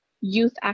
youth